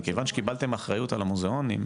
מכיוון שקיבלתם אחריות על המוזיאונים,